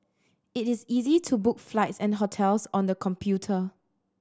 it is easy to book flights and hotels on the computer